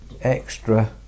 extra